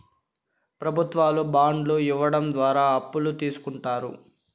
ప్రభుత్వాలు బాండ్లు ఇవ్వడం ద్వారా అప్పులు తీస్కుంటారు